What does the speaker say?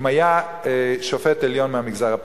אם היה שופט עליון מהמגזר הפרטי.